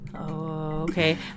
okay